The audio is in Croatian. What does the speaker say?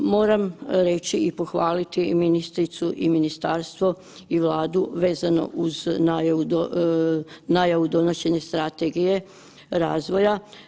Moram reći i pohvaliti ministricu i Ministarstvo i Vladu vezano uz najavu donošenja strategije razvoja.